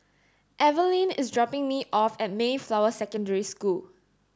Eveline is dropping me off at Mayflower Secondary School